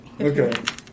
okay